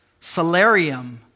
salarium